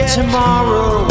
tomorrow